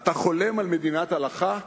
אתה חולם על מדינת הלכה?